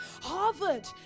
harvard